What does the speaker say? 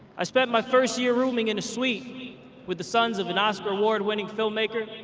i spent my first year rooming in a suite with the sons of an oscar award-winning filmmaker,